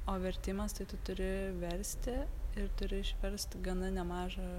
o vertimas tai tu turi versti ir turi išverst gana nemažą